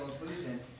inclusion